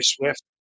Swift